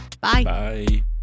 bye